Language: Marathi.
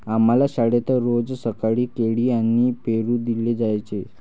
आम्हाला शाळेत रोज सकाळी केळी आणि पेरू दिले जायचे